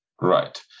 Right